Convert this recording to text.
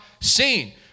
seen